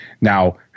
Now